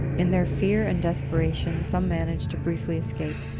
in their fear and desperation, some manage to briefly escape,